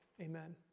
Amen